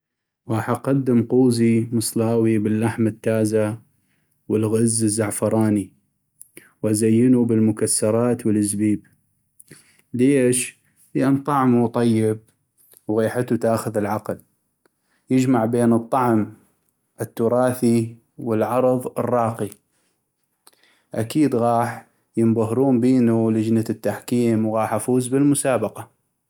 غاح اقدم قوزي مصلاوي باللحم التازه والغز الزعفراني وازينو بالمكسرات والزبيب ليش؟ لان طعمو طيب و غيحتو تأخذ العقل ، يجمع بين الطعم التراثي والعرض الراقي ، اكيد غاح ينبهرون بينو لجنة التحكيم وغاح افوز بالمسابقة.